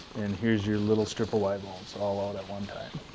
and here's your little strip of y bones, all out at one time.